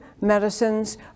medicines